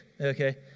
okay